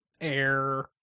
Air